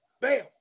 Bam